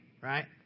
Right